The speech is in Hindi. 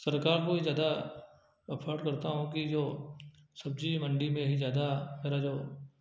सरकार को ही ज़्यादा अफॉर्ड करता हूँ कि जो सब्ज़ी मंडी में ज़्यादा मेरा जो